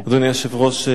אדוני היושב-ראש,